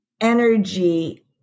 energy